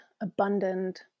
abundant